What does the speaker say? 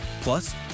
Plus